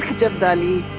jabdali.